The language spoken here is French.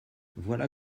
voilà